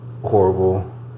horrible